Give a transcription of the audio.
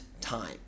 time